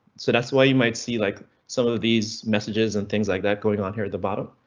so that's why you might see like some of these messages and things like that going on here at the bottom.